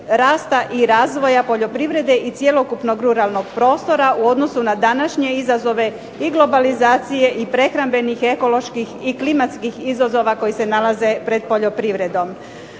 rasta i razvoja poljoprivrede i cjelokupnog ruralnog prostora u odnosu na današnje izazove, i globalizacije i prehrambenih ekoloških klimatskih izazova koji se nalaze pred poljoprivredom.